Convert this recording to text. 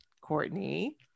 Courtney